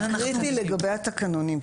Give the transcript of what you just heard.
לגבי התקנונים,